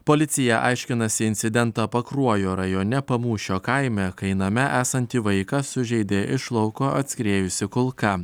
policija aiškinasi incidentą pakruojo rajone pamūšio kaime kai name esantį vaiką sužeidė iš lauko atskriejusi kulka